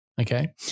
Okay